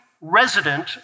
resident